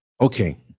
okay